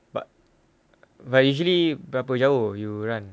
but but usually berapa jauh you run